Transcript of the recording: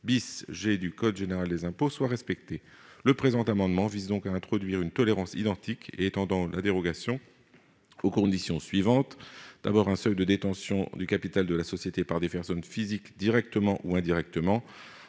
163 G du code général des impôts soient respectées. Le présent amendement vise à introduire une tolérance identique en étendant la dérogation, sous réserve d'un seuil de détention du capital de la société par des personnes physiques, directement ou indirectement,